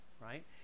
right